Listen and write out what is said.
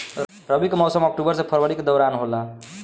रबी के मौसम अक्टूबर से फरवरी के दौरान होला